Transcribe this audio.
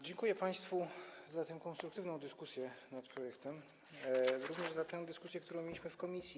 Dziękuję państwu za tę konstruktywną dyskusję nad projektem, jak również za tę dyskusję, którą mieliśmy w komisji.